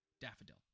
Daffodil